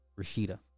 Rashida